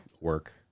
work